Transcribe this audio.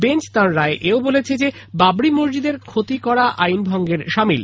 bench তাঁর রায়ে এও বলেছে যে বাবরি মসজিদের ক্ষতি করা আইন ভঙ্গের শামিল